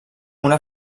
una